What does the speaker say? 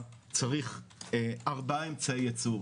יוזמות של רמ"י ושל משרד הבינוי והשיכון.